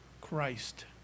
Christ